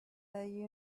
the